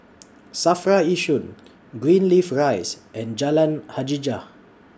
SAFRA Yishun Greenleaf Rise and Jalan Hajijah